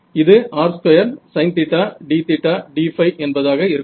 இது r2sin d d என்பதாக இருக்கும்